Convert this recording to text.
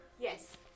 Yes